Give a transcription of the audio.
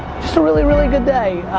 just a really really good day.